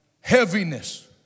Heaviness